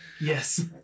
Yes